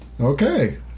Okay